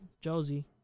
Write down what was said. Josie